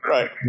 Right